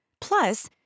Plus